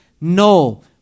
No